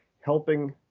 helping